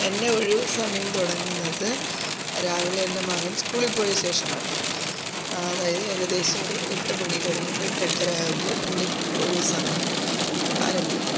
എൻ്റെ ഒഴിവുസമയം തുടങ്ങുന്നത് രാവിലെ എൻ്റെ മകൻ സ്കൂളിൽ പോയ ശേഷമാണ് അതായത് ഏകദേശം ഒരു എട്ടു മണി കഴിയുമ്പോൾ എട്ട് എട്ടര ആകുമ്പോൾ എൻ്റെ ഒഴിവുസമയം ആരംഭിക്കും